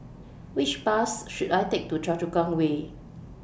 Which Bus should I Take to Choa Chu Kang Way